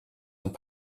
and